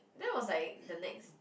that was like the next